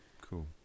cool